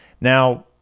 Now